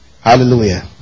Hallelujah